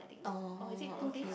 oh okay